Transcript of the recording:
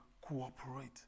cooperate